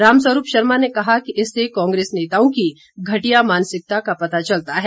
रामस्वरूप शर्मा ने कहा कि इससे कांग्रेस नेताओं की घटिया मानसिकता का पता चलता है